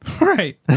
Right